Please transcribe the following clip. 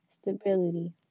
Stability